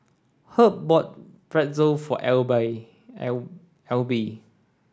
Herb bought Pretzel for Alby